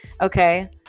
okay